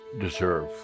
deserve